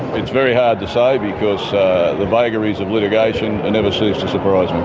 it's very hard to say, because the vagaries of litigation never cease to surprise me.